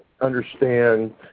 understand